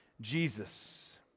Jesus